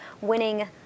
winning